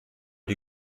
die